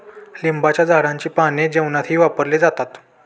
लिंबाच्या झाडाची पाने जेवणातही वापरले जातात